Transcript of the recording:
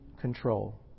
control